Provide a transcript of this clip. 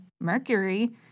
Mercury